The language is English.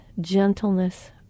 gentleness